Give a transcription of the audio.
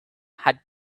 had